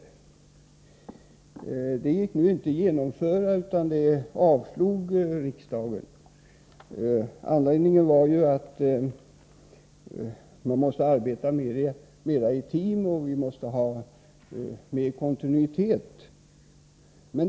Förslaget gick inte att genomföra; det avslogs av riksdagen. Anledningen härtill var att vi ansåg att läkare måste arbeta mera i team och att det måste vara mera av kontinuitet i läkarvården.